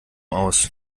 aus